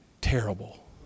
Terrible